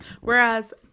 Whereas